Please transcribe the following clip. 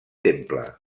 temple